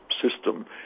system